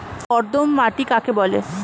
কর্দম মাটি কাকে বলে?